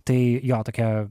tai jo tokia